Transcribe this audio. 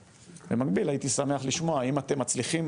במקביל, הייתי שמח לשמוע האם אתם מצליחים